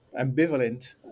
ambivalent